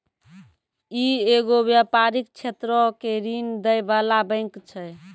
इ एगो व्यपारिक क्षेत्रो के ऋण दै बाला बैंक छै